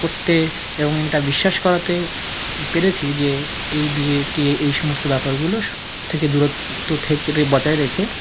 করতে এবং এটা বিশ্বাস করাতে পেরেছি যে এই বিয়ে টিয়ে এই সমস্ত ব্যাপারগুলো স থেকে দূরত্ব ক্ষেত্রে বজায় রেখে